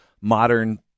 modern